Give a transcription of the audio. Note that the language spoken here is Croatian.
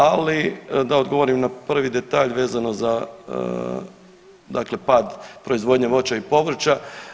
Ali da odgovorim na prvi detalj vezano za dakle pad proizvodnje voća i povrća.